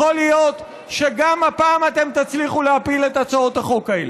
יכול להיות שגם הפעם אתם תצליחו להפיל את הצעות החוק האלה,